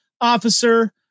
officer